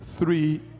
three